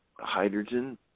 hydrogen